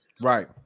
Right